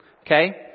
Okay